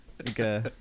Okay